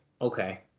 okay